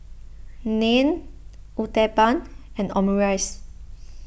Naan Uthapam and Omurice